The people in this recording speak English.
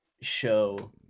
show